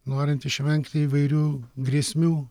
norint išvengti įvairių grėsmių